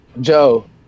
Joe